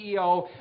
CEO